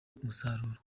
umusaruro